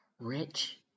rich